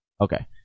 okay